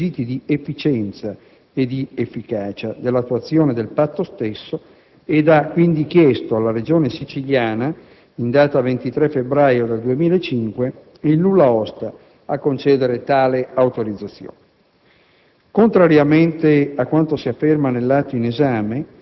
il predetto Ministero ha verificato la sussistenza dei requisiti di efficienza e di efficacia dell'attuazione del Patto stesso ed ha chiesto alla Regione Siciliana, in data 23 febbraio 2005, il nulla osta a concedere tale autorizzazione.